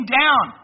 down